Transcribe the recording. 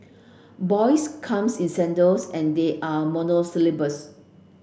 boys comes in sandals and they are monosyllabic